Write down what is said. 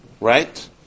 Right